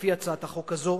לפי הצעת החוק הזו,